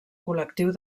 col·lectiu